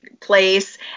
place